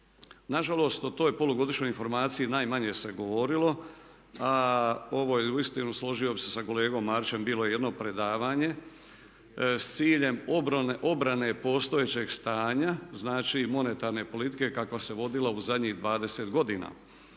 Nažalost o toj polugodišnjoj informaciji najmanje se govorilo, a ovo je uistinu, složio bih se sa kolegom Marićem bilo jedno predavanje s ciljem obrane postojećeg stanja, znači monetarne politike kakva se vodila u zadnjih 20 godina.